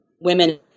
women